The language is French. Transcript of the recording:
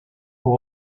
pour